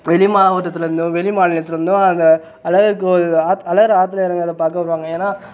வெளி மாவட்டத்துலேர்ந்தும் வெளி மாநிலத்துலேர்ந்தும் அங்கே அழகர் கோயில் ஆத் அழகரு ஆற்றுல இறங்குறத பார்க்க வருவாங்க ஏன்னால்